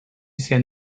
send